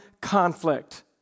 conflict